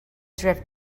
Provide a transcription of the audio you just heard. drift